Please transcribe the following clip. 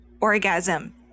orgasm